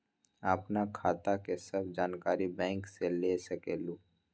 आपन खाता के सब जानकारी बैंक से ले सकेलु?